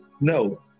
no